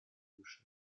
вышел